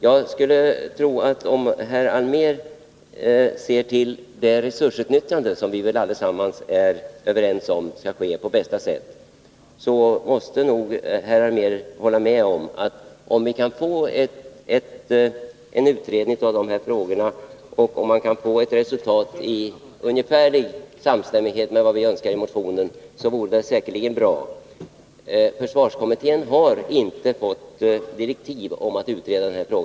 Nr 134 Om herr Allmér ser till resursutnyttjandet — vilket vi väl alla är överens om Torsdagen den skall ske på bästa sätt — måste han nog hålla med om att det vore bra, om vi 7 maj 1981 kunde få en utredning av denna fråga som ledde fram till ett resultat i ungefärlig samstämmighet med vad vi önskar i motionen. Försvarskommit Planering och antén har inte fått direktiv att utreda denna fråga.